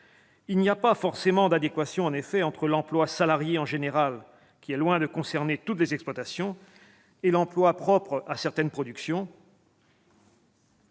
il n'y a pas forcément adéquation entre l'emploi salarié en général, qui est loin de concerner toutes les exploitations, et l'emploi propre à certaines productions